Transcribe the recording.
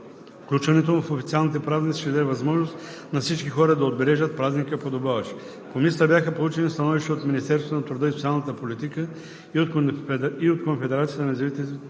Включването му в официалните празници ще даде възможност на всички хора да отбележат празника подобаващо. В Комисията бяха получени становища от Министерството на труда и социалната политика и от Конфедерация на независимите